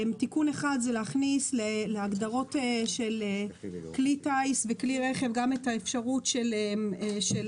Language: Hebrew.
תיקון אחד הוא להכניס להגדרות "כלי טיס" ו"כלי רכב" גם את האפשרות של